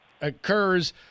occurs